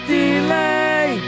delay